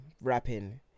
rapping